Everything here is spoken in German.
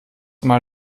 mal